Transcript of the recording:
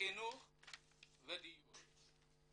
חינוך ודיור.